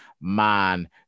man